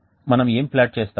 మనం ఏమి ప్లాట్ చేస్తాము